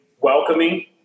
welcoming